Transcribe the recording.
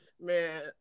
man